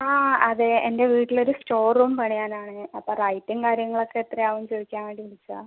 ആ അതെ എൻ്റെ വീട്ടിൽ ഒരു സ്റ്റോർ റൂം പണിയാൻ ആണ് അപ്പോൾ റേറ്റും കാര്യങ്ങൾ ഒക്കെ എത്ര ആവുമെന്ന് ചോദിക്കാൻ വേണ്ടി വിളിച്ചതാണ്